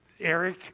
Eric